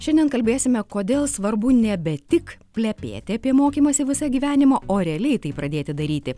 šiandien kalbėsime kodėl svarbu nebe tik plepėti apie mokymąsi visą gyvenimą o realiai tai pradėti daryti